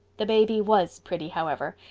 the baby was pretty, however,